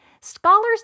Scholars